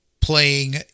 playing